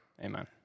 Amen